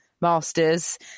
Masters